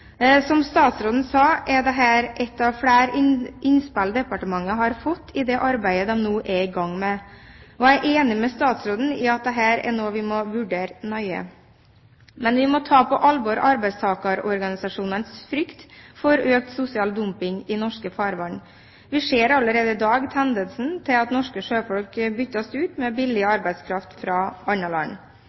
Som statsråden sa, er dette ett av flere innspill departementet har fått i det arbeidet de nå er i gang med, og jeg er enig med statsråden i at dette er noe vi må vurdere nøye. Men vi må ta på alvor arbeidstakerorganisasjonenes frykt for økt sosial dumping i norske farvann. Vi ser allerede i dag tendensen til at norske sjøfolk byttes ut med billig arbeidskraft fra andre land.